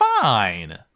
fine